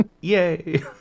Yay